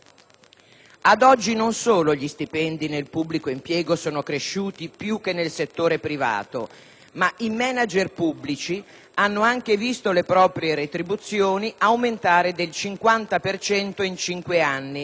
Ad oggi, non solo gli stipendi nel pubblico impiego sono cresciuti più che nel settore privato, ma i *manager* pubblici hanno anche visto le proprie retribuzioni aumentare del 50 per cento in cinque anni